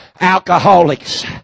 alcoholics